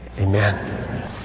Amen